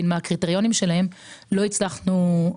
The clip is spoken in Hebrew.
מה הקריטריונים שלהם אבל לא הצלחנו.